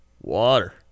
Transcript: Water